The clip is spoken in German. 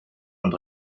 und